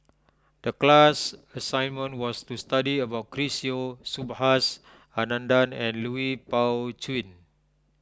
the class assignment was to study about Chris Yeo Subhas Anandan and Lui Pao Chuen